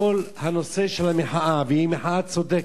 כל הנושא של המחאה, והיא מחאה צודקת,